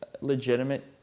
legitimate